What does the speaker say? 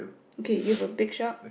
okay you have a big shark